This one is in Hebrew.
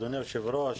אדוני היושב-ראש,